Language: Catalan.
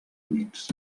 units